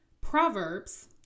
Proverbs